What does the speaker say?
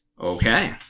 Okay